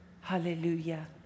Hallelujah